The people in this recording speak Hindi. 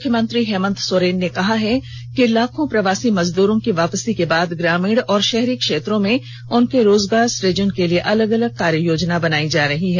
मुख्यमंत्री हेमन्त सोरेन ने कहा है कि लाखों प्रवासी मजदूरों की वापसी के बाद ग्रामीण और शहरी क्षेत्रों में उनके रोजगार सुजन के लिए अलग अलग कार्ययोजना बनायी जा रही है